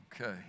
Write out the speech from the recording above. Okay